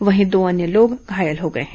वहीं दो अन्य लोग घायल हो गए हैं